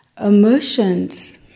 Emotions